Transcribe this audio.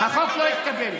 החוק לא התקבל,